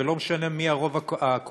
ולא משנה מי הרוב הקואליציוני,